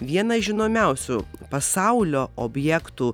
vieną žinomiausių pasaulio objektų